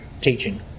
teaching